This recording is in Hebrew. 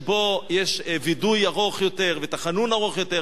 שבו יש וידוי ארוך יותר ותחנון ארוך יותר.